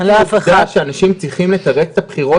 עצם העובדה שאנשים צריכים לתרץ את הבחירות